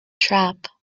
trap